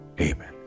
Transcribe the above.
Amen